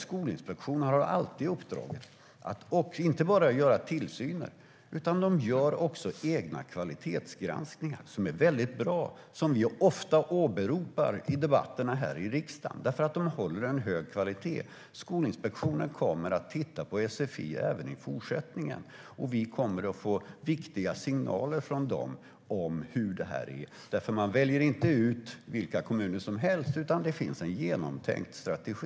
Skolinspektionen har alltid uppdraget att inte bara göra tillsyner utan även egna kvalitetsgranskningar. Vi åberopar dem ofta i debatterna i riksdagen därför att de håller hög kvalitet. Skolinspektionen kommer att titta på sfi även i fortsättningen, och vi kommer att få viktiga signaler om hur det går. Man väljer inte ut vilka kommuner som helst, utan det finns en genomtänkt strategi.